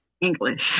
English